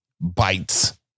bites